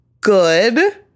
good